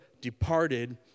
departed